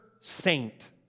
saint